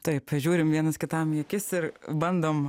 taip žiūrim vienas kitam į akis ir bandom